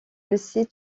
laisser